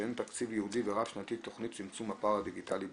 לשריין תקציב ייעודי ורב שנתי לתכנית צמצום הפער הדיגיטלי בישראל.